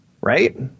Right